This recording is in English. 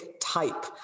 type